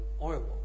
oil